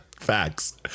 Facts